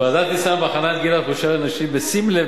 ועדת-ניסן בחנה את גיל הפרישה לנשים בשים לב,